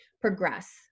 progress